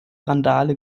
randale